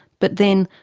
but, then,